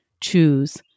choose